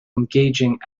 engaging